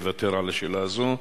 אוותר על השאלה הזאת.